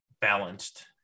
balanced